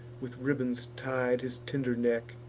with ribbons tied his tender neck,